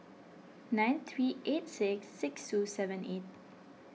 nine three eight six six two seven eight